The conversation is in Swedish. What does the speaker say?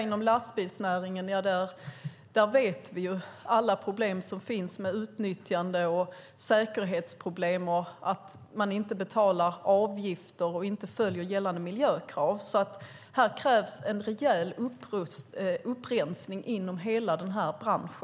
Inom lastbilsnäringen vet vi alla problem som finns med utnyttjande och säkerhetsproblem och att man inte betalar avgifter och inte följer gällande miljökrav. Det krävs därför en rejäl upprensning inom hela denna bransch.